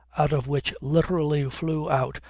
out of which literally flew out,